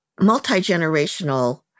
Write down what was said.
multi-generational